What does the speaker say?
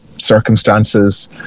circumstances